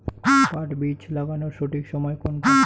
পাট বীজ লাগানোর সঠিক সময় কোনটা?